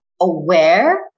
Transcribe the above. aware